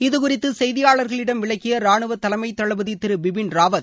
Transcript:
இதுகுறித்து செய்தியாளர்களிடம் விளக்கிய ராணுவ தலைமை தளபதி திரு பிபின் ராவத்